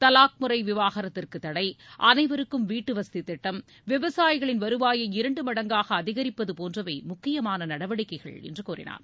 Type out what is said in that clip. தலாக் முறை விவாகரத்துக்கு தடை அனைவருக்கும் வீட்டுவசதி திட்டம் விவசாயிகளின் வருவாயை இரண்டு மடங்காக அதிகரிப்பது போன்றவை முக்கியமான நடவடிக்கைகள் என்று கூறினார்